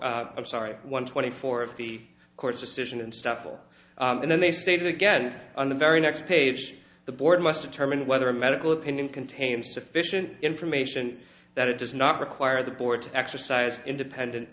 four i'm sorry one twenty four of the court's decision and stuff will and then they stated again on the very next page the board must determine whether medical opinion contains sufficient information that it does not require the board to exercise independent